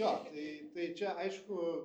jo tai tai čia aišku